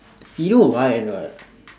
you know why or not